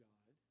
God